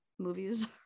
Movies